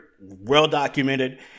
well-documented